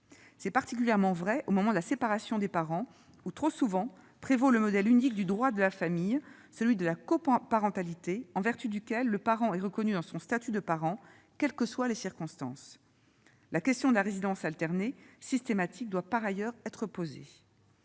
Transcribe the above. C'est particulièrement vrai au moment de la séparation des parents, où trop souvent prévaut le modèle unique du droit de la famille, celui de la coparentalité, en vertu duquel le statut de parent est maintenu, quelles que soient les circonstances. La question de la pertinence de la résidence alternée systématique doit par ailleurs être posée.